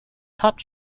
top